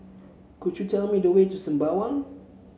could you tell me the way to Sembawang